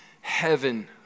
heaven